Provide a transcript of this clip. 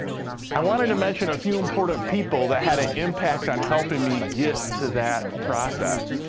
i wanted to mention a few important people that had a impact on helping me get to that process.